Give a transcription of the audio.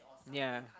yea